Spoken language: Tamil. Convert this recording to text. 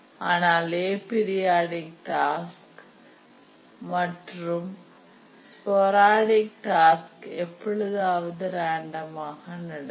ஆனால் ஏபீரியாடிக் டாஸ்க் டாஸ்க் மற்றும் ஸ்பொராடிக் டாஸ்க் எப்பொழுதாவது ராண்டம் ஆக நடக்கும்